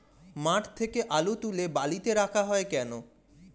মাঠ থেকে আলু তুলে বালিতে রাখা হয় কেন?